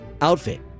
outfit